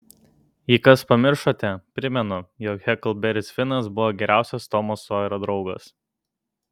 jei kas pamiršote primenu jog heklberis finas buvo geriausias tomo sojerio draugas